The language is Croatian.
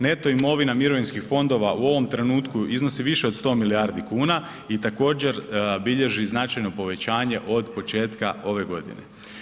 Neto imovina mirovinskih fondova u ovom trenutku iznosi više od 100 milijardi kuna i također bilježi značajno povećanje od početka ove godine.